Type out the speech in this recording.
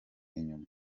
inyuma